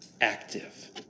active